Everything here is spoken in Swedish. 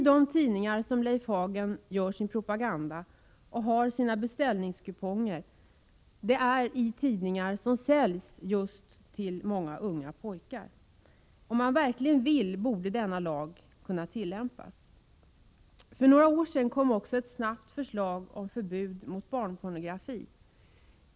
De tidningar i vilka Leif Hagen gör sin propaganda och har sina beställningskuponger är tidningar som säljs till just många unga pojkar. Om man verkligen vill borde denna lag kunna tillämpas. För några år sedan kom ett snabbt förbud mot barnpornografi.